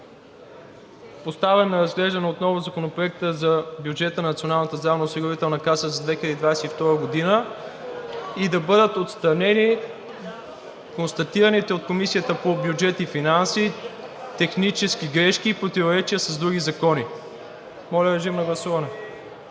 поставен на разглеждане отново Законопроектът за бюджета на Националната здравноосигурителна каса за 2022 г. и да бъдат отстранени констатираните от Комисията по бюджет и финанси технически грешки и противоречия с други закони. Моля, режим на гласуване.